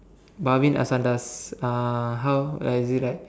Bhavin Asandas uh how like you write